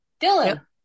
Dylan